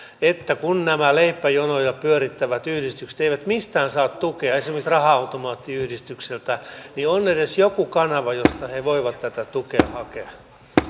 että kun nämä leipäjonoja pyörittävät yhdistykset eivät mistään saa tukea esimerkiksi raha automaattiyhdistykseltä niin on edes joku kanava josta he voivat tätä tukea hakea